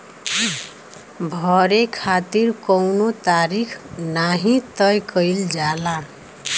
भरे खातिर कउनो तारीख नाही तय कईल जाला